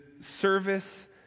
service